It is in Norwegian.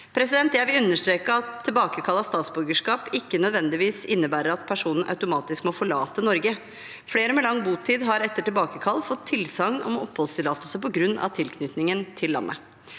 Jeg vil understreke at tilbakekall av statsborgerskap ikke nødvendigvis innebærer at personen automatisk må forlate Norge. Flere med lang botid har etter tilbakekall fått tilsagn om oppholdstillatelse på grunn av tilknytningen til landet.